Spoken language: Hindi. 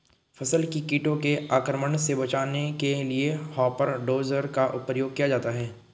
फसल को कीटों के आक्रमण से बचाने के लिए हॉपर डोजर का प्रयोग किया जाता है